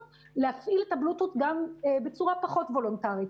להפעיל את הבלוטות' גם בצורה פחות וולונטרית.